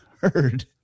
heard